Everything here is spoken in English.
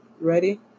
Ready